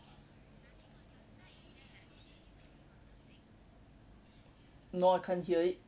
no I can't hear it